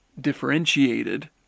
differentiated